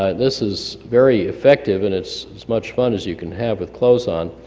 ah this is very effective, and it's as much fun as you can have with clothes on.